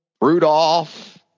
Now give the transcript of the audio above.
Rudolph